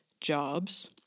jobs